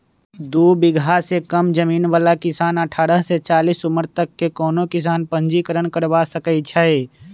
दू बिगहा से कम जमीन बला किसान अठारह से चालीस उमर तक के कोनो किसान पंजीकरण करबा सकै छइ